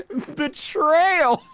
betrayal!